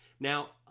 now,